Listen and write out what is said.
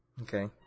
Okay